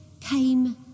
came